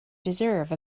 deserve